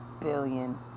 billion